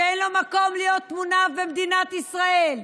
שאין לו מקום להיות מונף במדינת ישראל,